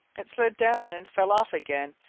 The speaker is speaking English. it slid down and fell off again,